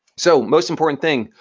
so, most important thing,